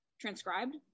transcribed